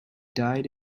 died